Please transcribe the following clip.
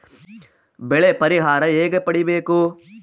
ಬೆಳೆ ಪರಿಹಾರ ಹೇಗೆ ಪಡಿಬೇಕು?